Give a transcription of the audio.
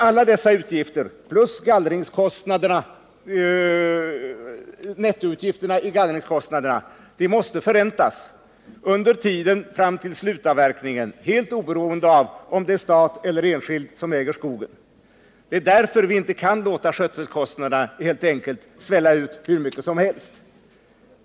Alla dessa utgifter plus gallringskostnadernas nettobelopp måste förräntas under tiden fram till slutavverkningen. Det gäller oberoende av om det är stat eller enskild som äger skogen. Därför kan vi helt enkelt inte låta skötselkostnaderna svälla ut hur mycket som helst.